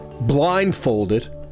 blindfolded